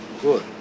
Good